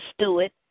Stewart